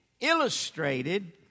illustrated